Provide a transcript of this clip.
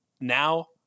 now